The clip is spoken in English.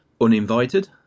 Uninvited